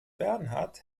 bernhard